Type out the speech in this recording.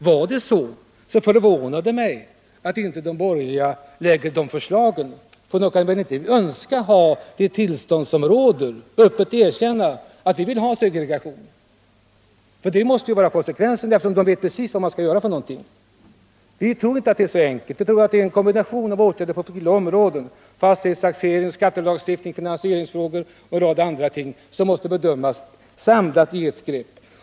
I så fall förvånar det mig att inte de borgerliga lägger fram sådana förslag. De kan väl inte gärna önska det tillstånd vi har f. n. och öppet erkänna att de vill ha segregation. Vi tror inte att det är så enkelt. Vi tror att det behövs en kombination av åtgärder på olika områden. Fastighets-, taxerings-, skatte-, lagstiftnings-, finansieringsoch andra frågor måste bearbetas i ett samlat grepp.